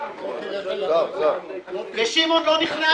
(הישיבה נפסקה בשעה 13:09 ונתחדשה בשעה 13:16.) חברים יקרים,